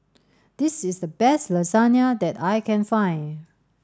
this is the best Lasagna that I can find